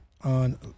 on